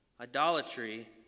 Idolatry